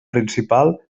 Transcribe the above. principal